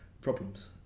problems